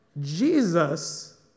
Jesus